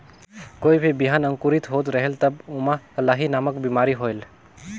कोई भी बिहान अंकुरित होत रेहेल तब ओमा लाही नामक बिमारी होयल?